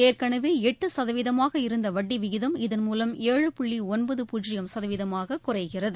ஏற்கனவே எட்டு சதவீதமாக இருந்த வட்டி விகிதம் இதன்மூலம் ஏழு புள்ளி ஒன்பது பூஜ்ஜியம் சதவீதமாக குறைகிறது